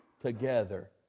together